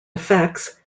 effects